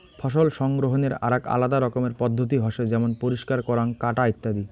ফসল সংগ্রহনের আরাক আলাদা রকমের পদ্ধতি হসে যেমন পরিষ্কার করাঙ, কাটা ইত্যাদি